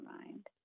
mind